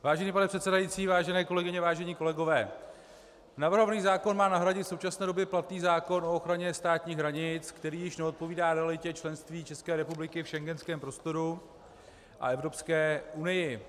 Vážený pane předsedající, vážené kolegyně, vážení kolegové, navrhovaný zákon má nahradit v současné době platný zákon o ochraně státních hranic, který již neodpovídá realitě členství České republiky v schengenském prostoru a Evropské unii.